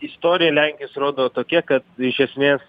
istorija lenkijos rodo tokia kad iš esmės